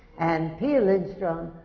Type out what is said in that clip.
and pia lindstrom,